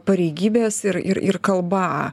pareigybės ir ir kalba